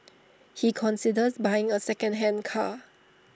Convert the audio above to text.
he considers buying A secondhand car